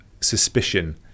suspicion